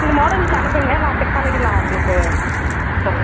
நீங்கள் மாடல்ஸ் அனுப்புங்கள் நான் செக் பண்ணிவிட்டு நான் உங்களுக்கு சொல்கிறேன்